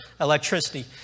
electricity